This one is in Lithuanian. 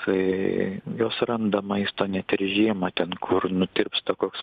tai jos randa maisto net ir žiemą ten kur nutirpsta koks